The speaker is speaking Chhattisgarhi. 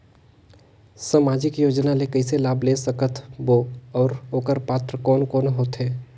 समाजिक योजना ले कइसे लाभ ले सकत बो और ओकर पात्र कोन कोन हो थे?